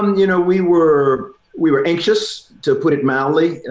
um you know, we were we were anxious, to put it mildly.